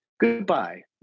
Goodbye